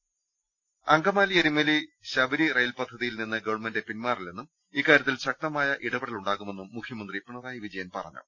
് അങ്കമാലി എരുമേലി ശബരി റെയിൽ പദ്ധതിയിൽ നിന്ന് ഗവൺമെന്റ് പിൻമാറില്ലെന്നും ഇക്കാര്യത്തിൽ ശക്തമായ ഇടപെടലുണ്ടാ കുമെന്നും മുഖ്യമന്ത്രി പിണറായി വിജയൻ പറഞ്ഞു